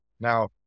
Now